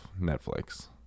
netflix